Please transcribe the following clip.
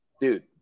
dude